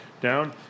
down